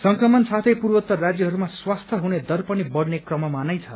संक्रमण साथै पूर्वोतर राज्यहरूमा स्वास्थ्य हुने दर पनि बढ़ने क्रममा नै छ